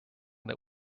that